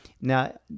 Now